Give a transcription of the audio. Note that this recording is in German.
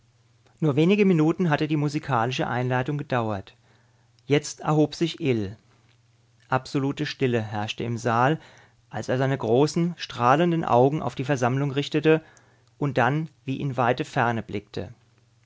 nur wenige minuten hatte die musikalische einleitung gedauert jetzt erhob sich ill absolute stille herrschte im saal als er seine großen strahlenden augen auf die versammlung richtete und dann wie in weite ferne blickte